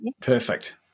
perfect